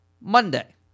Monday